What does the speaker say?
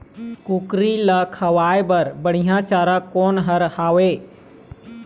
कुकरी ला खवाए बर बढीया चारा कोन हर हावे?